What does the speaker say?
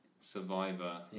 survivor